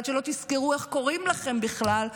עד שלא תזכרו איך קוראים לכם בכלל,